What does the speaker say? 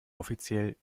offiziell